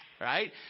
right